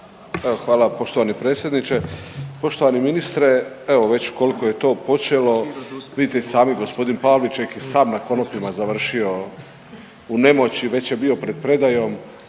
hvala poštovani predsjedniče. Poštovani ministre, evo već koliko je to počelo vidite i sami gospodin Pavliček je sam na konopima završio u nemoći, već je bio pred predajom.